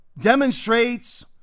demonstrates